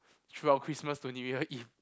throughout Christmas to New Year Eve